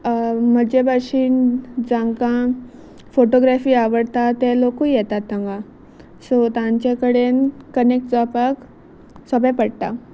म्हजे भाशेन जांकां फोटोग्राफी आवडता ते लोकूय येतात तांगा सो तांचे कडेन कनेक्ट जावपाक सोपें पडटा